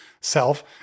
self